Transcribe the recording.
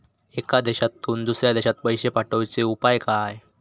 एका देशातून दुसऱ्या देशात पैसे पाठवचे उपाय काय?